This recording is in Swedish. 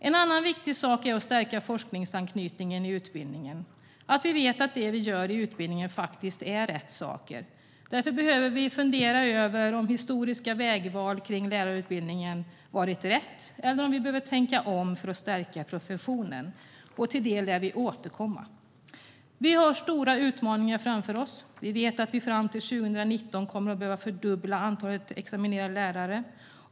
En annan viktig sak är att stärka forskningsanknytningen i utbildningen, att vi vet att det vi gör i utbildningen faktiskt är rätt saker. Därför behöver vi fundera över om historiska vägval i lärarutbildningen varit riktiga eller om vi behöver tänka om för att stärka professionen. Till det lär vi återkomma. Vi har stora utmaningar framför oss. Vi vet att vi fram till 2019 kommer att behöva fördubbla antalet examinerade lärare.